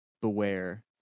Beware